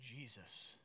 Jesus